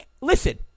listen